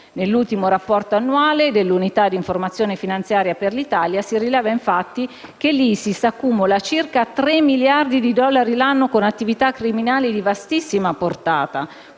Nell'ultimo rapporto annuale dell'Unità di informazione finanziaria per l'Italia si rileva infatti che l'ISIS accumula circa 3 miliardi di dollari l'anno con attività criminali di vastissima portata,